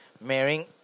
marrying